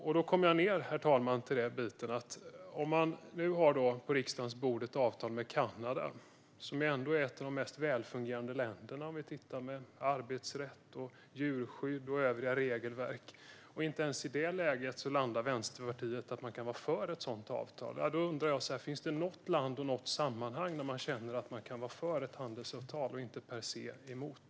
Jag kommer tillbaka till att om vi nu har ett avtal med Kanada på riksdagens bord, ett avtal med ett land som ändå är ett av de mest välfungerande om vi ser på arbetsrätt, djurskydd och övriga regelverk, och Vänsterpartiet inte ens i det läget landar i att man kan vara för ett sådant avtal, då undrar jag: Finns det något land och något sammanhang där man känner att man kan vara för ett handelsavtal och inte per se emot?